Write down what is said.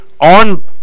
on